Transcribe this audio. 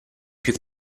più